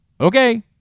Okay